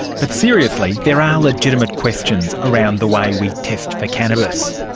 but seriously, there are legitimate questions around the way we test for cannabis.